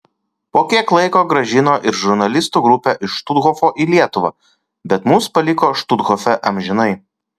po kiek laiko grąžino ir žurnalistų grupę iš štuthofo į lietuvą bet mus paliko štuthofe amžinai